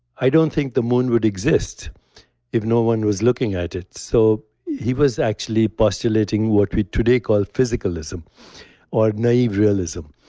i don't think the moon would exist if no one was looking at it. so he was actually postulating what we today call physicalism or naive realism,